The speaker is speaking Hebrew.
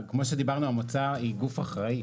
כמו שדיברנו, המועצה היא גוף אחראי